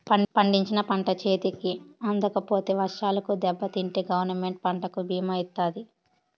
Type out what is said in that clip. పండించిన పంట చేతికి అందకపోతే వర్షాలకు దెబ్బతింటే గవర్నమెంట్ పంటకు భీమా ఇత్తాది